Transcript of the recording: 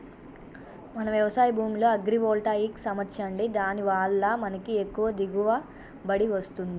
మన వ్యవసాయ భూమిలో అగ్రివోల్టాయిక్స్ అమర్చండి దాని వాళ్ళ మనకి ఎక్కువ దిగువబడి వస్తుంది